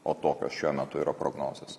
o tokios šiuo metu yra prognozės